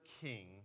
king